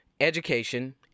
education